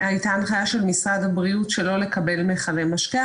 שהייתה הנחיה של משרד הבריאות שלא לקבל מכלי משקה.